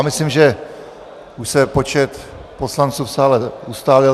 Myslím, že už se počet poslanců v sále ustálil.